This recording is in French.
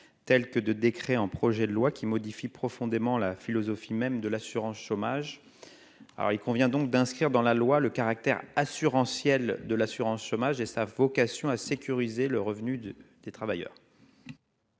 tels que de décret en projet de loi qui modifie profondément la philosophie même de l'assurance chômage, alors il convient donc d'inscrire dans la loi le caractère assurantielle de l'assurance chômage et sa vocation à sécuriser le revenu d'des travailleurs.